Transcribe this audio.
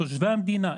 תושבי המדינה,